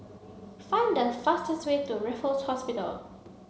find the fastest way to Raffles Hotel